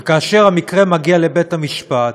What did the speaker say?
וכאשר המקרה מגיע לבית-המשפט